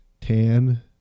tan